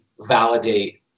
validate